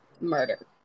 murder